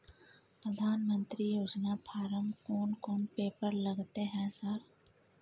प्रधानमंत्री योजना फारम कोन कोन पेपर लगतै है सर?